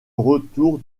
retour